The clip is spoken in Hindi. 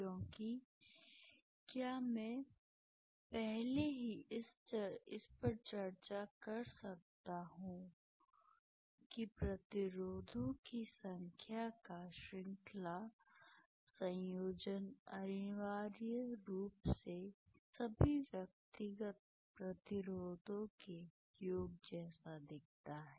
क्योंकि क्या मैं पहले ही इस पर चर्चा कर सकता हूं कि प्रतिरोधों की संख्या का श्रृंखला संयोजन अनिवार्य रूप से सभी व्यक्तिगत प्रतिरोधों के योग जैसा दिखता है